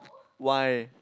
why